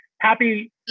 Happy